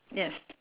yes